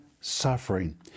suffering